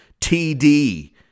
TD